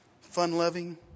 fun-loving